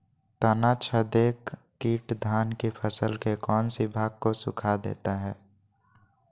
तनाछदेक किट धान की फसल के कौन सी भाग को सुखा देता है?